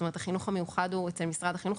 החינוך המיוחד הוא אצל משרד החינוך.